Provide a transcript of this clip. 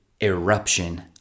eruption